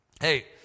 hey